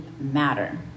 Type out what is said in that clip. matter